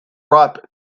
ripe